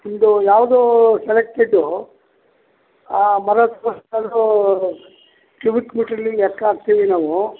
ನಿಮ್ಮದು ಯಾವುದು ಸೆಲೆಕ್ಟೆಡು ಆ ಮರದ ಪೀಸ್ ತೆಗೆದು ಕ್ಯೂಬಿಕ್ ಮೀಟ್ರಲ್ಲಿ ಲೆಕ್ಕ ಹಾಕ್ತೀವಿ ನಾವು